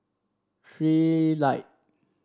Trilight